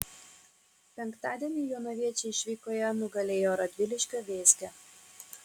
penktadienį jonaviečiai išvykoje nugalėjo radviliškio vėzgę